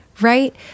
Right